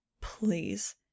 Please